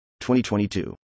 2022